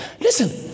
Listen